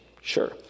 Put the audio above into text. Sure